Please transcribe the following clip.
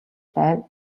байна